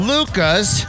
Lucas